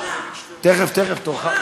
תכף תורך.